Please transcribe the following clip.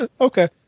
okay